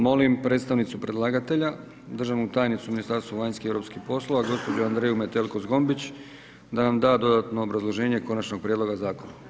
Molim predstavnicu predlagatelja državnu tajnicu u Ministarstvu vanjskih i europskih poslova gospođu Andreju Metelko Zgombić da nam da dodatno obrazloženje konačnog prijedloga zakona.